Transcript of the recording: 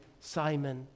Simon